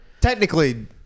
Technically